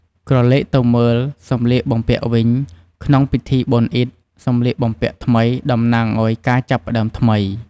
ក្រឡេកទៅមើលសម្លៀកបំពាក់វិញ ក្នុងពិធីបុណ្យអ៊ីឌ សម្លៀកបំពាក់ថ្មីតំណាងឱ្យការចាប់ផ្ដើមថ្មី។